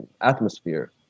atmosphere